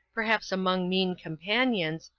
perhaps among mean companions,